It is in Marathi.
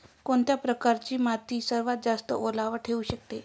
कोणत्या प्रकारची माती सर्वात जास्त ओलावा ठेवू शकते?